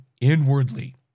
inwardly